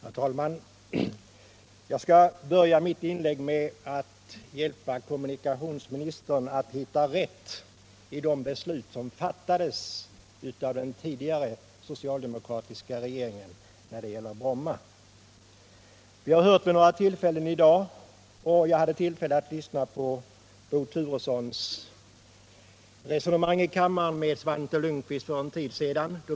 Herr talman! Jag skall börja mitt inlägg med att hjälpa kommunikationsministern med att hitta rätt i de beslut som fattades av den tidigare, socialdemokratiska regeringen om Bromma. Jag hade för en tid sedan tillfälle att lyssna på Bo Turessons diskussion med Svante Lundkvist här i kammaren.